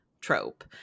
trope